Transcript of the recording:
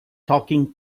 talking